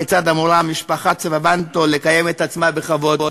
כיצד אמורה משפחת סבבנטו לקיים את עצמה בכבוד,